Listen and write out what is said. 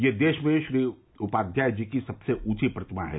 यह देश में उपाध्याय जी की सबसे ऊंची प्रतिमा है